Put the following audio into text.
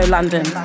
London